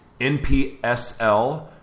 npsl